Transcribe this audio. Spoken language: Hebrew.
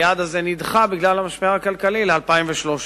היעד הזה נדחה בגלל המשבר הכלכלי ל-2013.